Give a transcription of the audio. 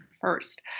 first